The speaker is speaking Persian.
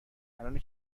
الانه